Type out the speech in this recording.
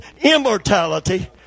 immortality